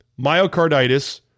myocarditis